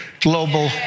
global